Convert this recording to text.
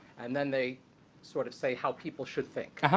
and then they sort of say how people should think.